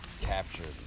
captured